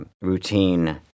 routine